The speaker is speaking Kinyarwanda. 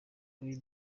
kuri